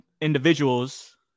individuals